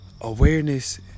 awareness